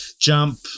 jump